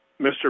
Mr